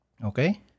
Okay